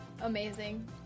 amazing